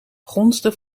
gonsde